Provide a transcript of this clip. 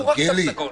הוא רק תו סגול.